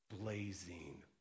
blazing